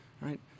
right